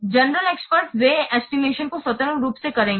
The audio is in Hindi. जेनेरल एक्सपर्ट्स वे एस्टिमेशन को स्वतंत्र रूप से करेंगे